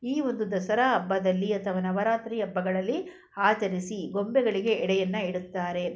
ಈ ಒಂದು ದಸರಾ ಹಬ್ಬದಲ್ಲಿ ಅಥವಾ ನವರಾತ್ರಿ ಹಬ್ಬಗಳಲ್ಲಿ ಆಚರಿಸಿ ಗೊಂಬೆಗಳಿಗೆ ಎಡೆಯನ್ನು ಇಡುತ್ತಾರೆ